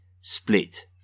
split